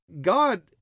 God